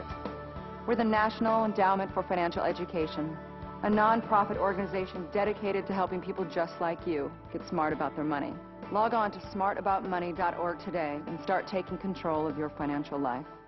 with the national endowment for financial education a nonprofit organization dedicated to helping people just like you get smart about their money magnanti smart about money dot org today and start taking control of your financial life